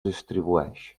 distribueix